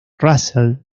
russell